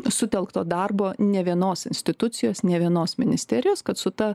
sutelkto darbo ne vienos institucijos ne vienos ministerijos kad su ta